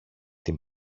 την